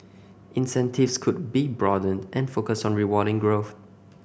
incentives could be broadened and focused on rewarding growth